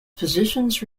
positions